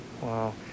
Wow